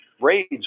raids